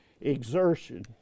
exertion